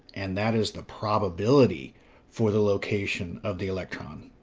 and that is the probability for the location of the electron.